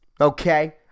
Okay